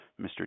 Mr